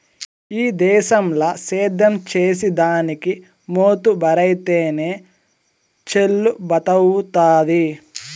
ఈ దేశంల సేద్యం చేసిదానికి మోతుబరైతేనె చెల్లుబతవ్వుతాది